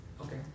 Okay